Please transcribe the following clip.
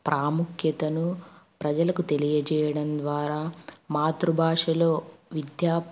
ప్రాముఖ్యతను ప్రజలకు తెలియజేయడం ద్వారా మాతృభాషలో విద్యా